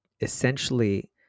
essentially